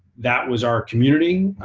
that was our community,